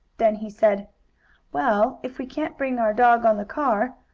then he said well, if we can't bring our dog on the car,